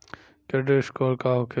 Credit score का होखेला?